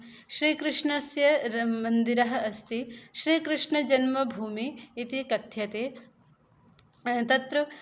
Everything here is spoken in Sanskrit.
श्रीकृष्णस्य र् मन्दिरम् अस्ति श्रीकृष्णजन्मभूमिः इति कथ्यते तत्र